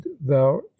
thou